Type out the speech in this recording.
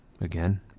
again